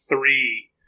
three